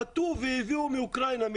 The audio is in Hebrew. חטאו וייבאו מאוקראינה,